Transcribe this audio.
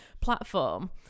platform